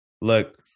look